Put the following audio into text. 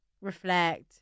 reflect